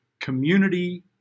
community